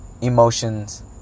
emotions